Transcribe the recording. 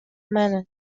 منه